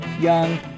young